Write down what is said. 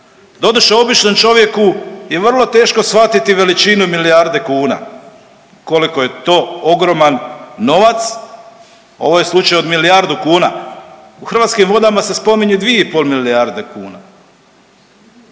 Doduše običnom čovjeku je vrlo teško shvatiti veličinu milijarde kuna koliko je to ogroman novac. Ovo je slučaj od milijardu kuna. U Hrvatskim vodama se spominju dvije i pol milijarde kuna.